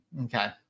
Okay